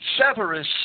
Severus